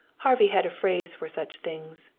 harvey had a phrase for such things.